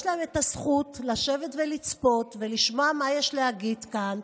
יש להם את הזכות לשבת ולצפות ולשמוע מה יש להגיד כאן,